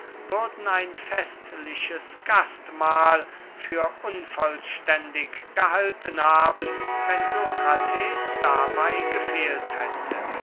würden ein festliches gastmahl für unvollständig gehalten haben wenn sokrates dabey gefehlt hätte